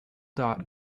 dot